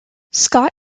scott